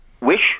wish